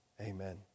Amen